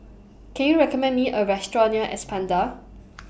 Can YOU recommend Me A Restaurant near Espada